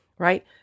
right